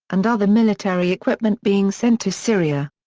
and other military equipment being sent to syria.